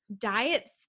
diets